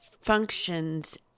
functions